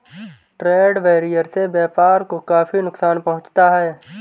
trade barrier से व्यापार को काफी नुकसान पहुंचता है